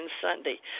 Sunday